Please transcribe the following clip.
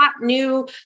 new